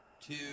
two